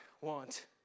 want